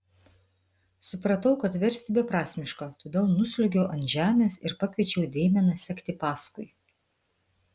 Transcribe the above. supratau kad versti beprasmiška todėl nusliuogiau ant žemės ir pakviečiau deimeną sekti paskui